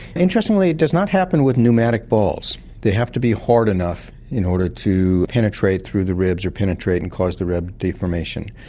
interestingly it does not happen with pneumatic balls, they have to be hard enough in order to penetrate through the ribs or penetrate and cause the rib deformation.